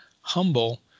humble